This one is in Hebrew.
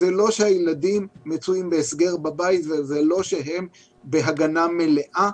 זה לא שהילדים מצויים בהסגר בבית ולא שהם בהגנה מלאה.